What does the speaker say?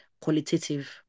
qualitative